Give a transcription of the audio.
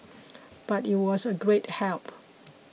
but it was a great help